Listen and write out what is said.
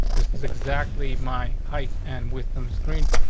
this is exactly my height and witham screen,